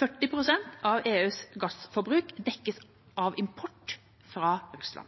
40 pst. av EUs gassforbruk dekkes av import fra Russland.